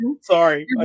sorry